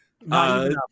No